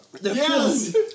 Yes